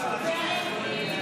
52